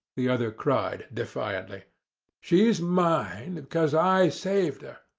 the other cried, defiantly she's mine cause i saved her.